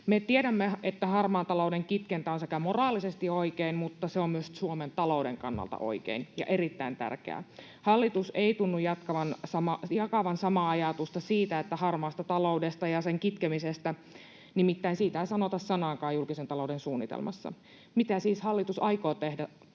Me tiedämme, että harmaan talouden kitkentä on sekä moraalisesti oikein, mutta se on myös Suomen talouden kannalta oikein ja erittäin tärkeää. Hallitus ei tunnu jakavan samaa ajatusta harmaasta taloudesta ja sen kitkemisestä. Nimittäin siitä ei sanota sanaakaan julkisen talouden suunnitelmassa. Mitä siis hallitus aikoo tehdä